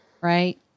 Right